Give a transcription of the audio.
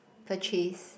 purchase